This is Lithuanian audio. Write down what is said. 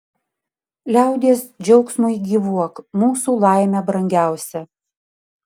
liaudies džiaugsmui gyvuok mūsų laime brangiausia